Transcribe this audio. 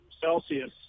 Celsius